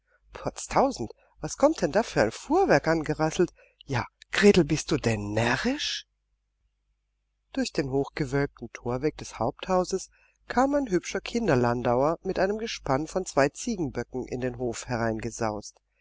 potztausend was kömmt denn da für ein fuhrwerk angerasselt ja gretel bist du denn närrisch durch den hochgewölbten thorweg des haupthauses kam ein hübscher kinderlandauer mit einem gespann von zwei ziegenböcken in den hof